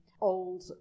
old